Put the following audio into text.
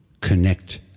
Connect